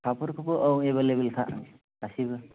थाफोरखौबो औ एबेलेबोलखा गासिबो